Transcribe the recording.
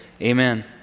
Amen